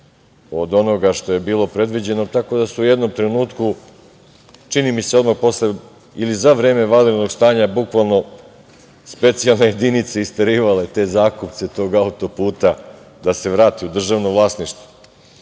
od onoga što je bilo predviđeno, tako da su u jednom trenutku, čini mi se odmah posle ili za vreme vanrednog stanja, bukvalno, specijalne jedinice isterivale te zakupce tog autoputa i da se vrati u državno vlasništvo. Nešto